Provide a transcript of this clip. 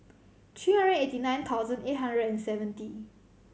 three hundred eighty nine thousand eight hundred and seventy